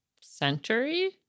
Century